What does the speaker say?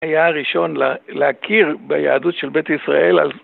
היה הראשון להכיר ביהדות של בית ישראל על...